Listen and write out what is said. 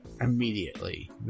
immediately